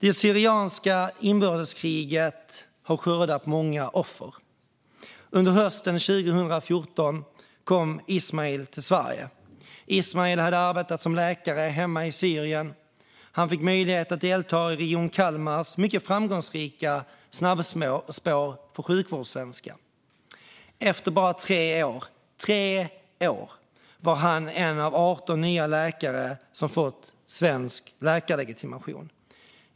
Det syriska inbördeskriget har skördat många offer. Under hösten 2014 kom Ismael till Sverige. Ismael hade arbetat som läkare hemma i Syrien. Han fick möjlighet att delta i Region Kalmars mycket framgångsrika snabbspår med sjukvårdssvenska. Efter bara tre år - tre år - var han 1 av 18 nya läkare som fått svensk läkarlegitimation.